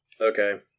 Okay